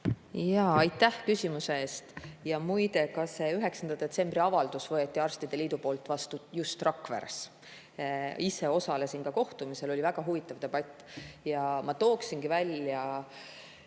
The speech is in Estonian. Aitäh küsimuse eest! Jah, ka see 9. detsembri avaldus võeti arstide liidu poolt vastu just Rakveres. Ise osalesin ka kohtumisel, oli väga huvitav debatt. Ma tooksingi välja